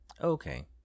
Okay